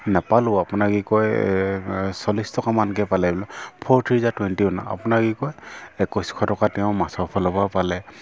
নেপালেও আপোনাৰ কি কয় চল্লিছ টকামানকৈ পালে four threes are twenty one আপোনাৰ কি কয় একৈছশ টকা তেওঁ মাছৰ ফালৰ পৰা পালে